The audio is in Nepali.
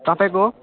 तपाईँको